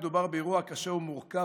מדובר באירוע קשה ומורכב,